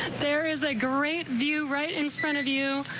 there is a great view right in front of you.